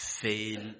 fail